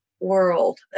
world